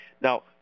Now